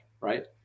right